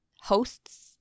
hosts